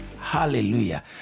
Hallelujah